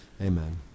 amen